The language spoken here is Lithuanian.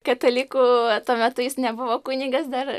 katalikų tuo metu jis nebuvo kunigas dar